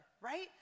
right